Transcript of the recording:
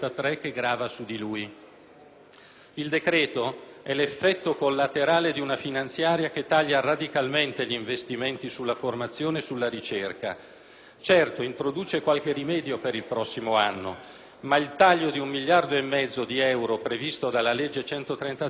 Il decreto è l'effetto collaterale di una finanziaria che taglia radicalmente gli investimenti sulla formazione e sulla ricerca. Certo, esso introduce qualche rimedio per il prossimo anno, ma il taglio di un miliardo e mezzo di euro, previsto dalla legge n. 133, permane come un macigno.